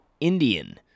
Indian